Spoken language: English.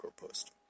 post